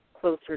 closer